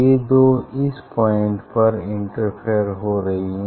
ये दो इस पॉइंट पर इंटरफेयर हो रही हैं